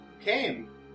came